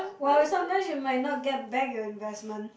wow its so nice you might not get back your investment